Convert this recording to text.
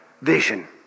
Vision